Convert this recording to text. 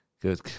Good